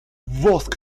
wosk